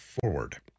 forward